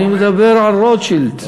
אני מדבר על רוטשילד, אדוני.